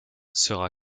sera